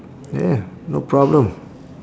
yeah no problem